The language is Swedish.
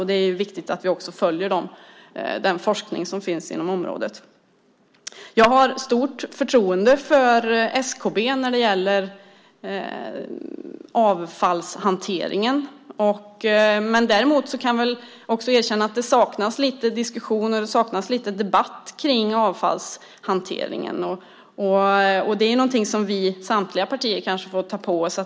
Det är viktigt att vi följer den forskning som finns inom området. Jag har stort förtroende för SKB när det gäller avfallshanteringen. Däremot kan jag väl erkänna att det saknas diskussion och debatt om avfallshanteringen. Det är någonting som vi i samtliga partier kanske får ta på oss.